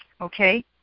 Okay